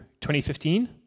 2015